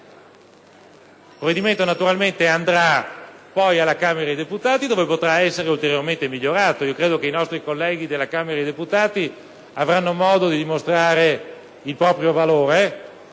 il suo *iter* in quanto andrà alla Camera dei deputati dove potrà essere ulteriormente migliorato. Credo che i nostri colleghi della Camera dei deputati avranno modo di dimostrare il proprio valore